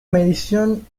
medición